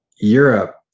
Europe